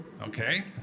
Okay